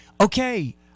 okay